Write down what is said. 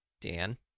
Dan